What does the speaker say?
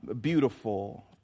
beautiful